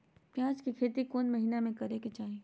प्याज के खेती कौन महीना में करेके चाही?